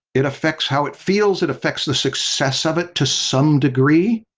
it affects how it feels, it affects the success of it to some degree.